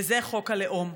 וזה חוק הלאום.